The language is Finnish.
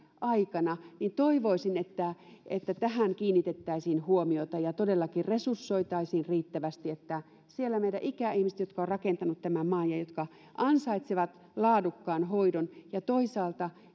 aikana joten toivoisin että että tähän kiinnitettäisiin huomiota ja todellakin resursoitaisiin riittävästi niin että siellä meidän ikäihmisillä jotka ovat rakentaneet tämän maan ja jotka ansaitsevat laadukkaan hoidon ja toisaalta